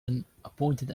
appointed